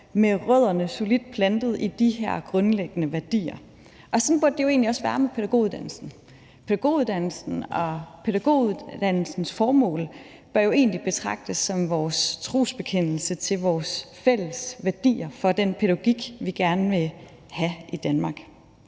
med rødderne solidt plantet i de her grundlæggende værdier. Sådan burde det jo egentlig også være med pædagoguddannelsen. Pædagoguddannelsen og pædagoguddannelsens formål bør jo egentlig betragtes som vores trosbekendelse til vores fælles værdier for den pædagogik, vi gerne vil have i Danmark.